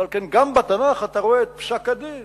ועל כן גם בתנ"ך אתה רואה את פסק-הדין